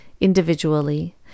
individually